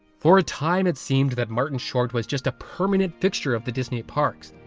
for a time it seemed that martin short was just a permanant fixture of the disney parks.